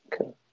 Okay